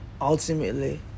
Ultimately